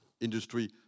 Industry